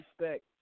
respect